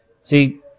See